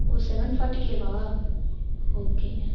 ஓ seven ஃபாட்டிகேவா ஓகேங்க